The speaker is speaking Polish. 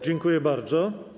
Dziękuję bardzo.